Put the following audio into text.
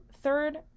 third